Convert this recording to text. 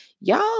y'all